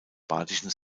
badischen